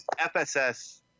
fss